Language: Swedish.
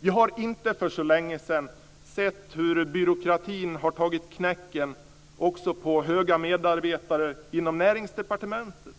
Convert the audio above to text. Vi har inte för så länge sedan sett hur byråkratin har tagit knäcken på höga medarbetare inom Näringsdepartementet.